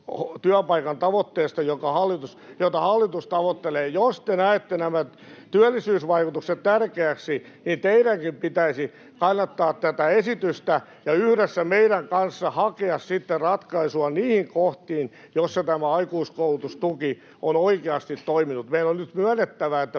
työpaikan tavoitteesta, jota hallitus tavoittelee. Jos te näette nämä työllisyysvaikutukset tärkeiksi, niin teidänkin pitäisi kannattaa tätä esitystä ja yhdessä meidän kanssa hakea sitten ratkaisua niihin kohtiin, joissa tämä aikuiskoulutustuki on oikeasti toiminut. Meidän on nyt myönnettävä, että